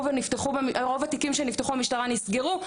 ונפתחו ברוב התיקים שנפתחו במשטרה נסגרו,